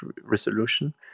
resolution